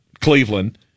Cleveland